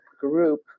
group